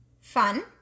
fun